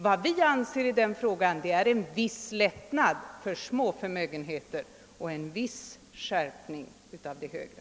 Vad vi avser i den frågan är en viss lättnad för små förmögenheter och en viss skärpning för de stora.